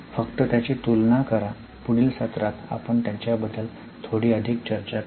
फक्त त्यांची तुलना करा पुढील सत्रात आपण त्यांच्याबद्दल थोडी अधिक चर्चा करू